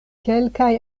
kelkaj